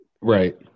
Right